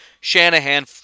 Shanahan